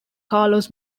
carlos